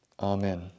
Amen